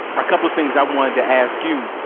a couple of things i wanted to ask you.